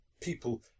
people